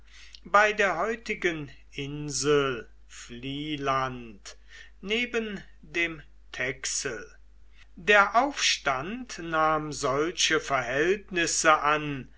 bei der heutigen insel vlieland neben dem texel der aufstand nahm solche verhältnisse an